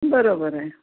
बरोबर आहे